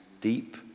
deep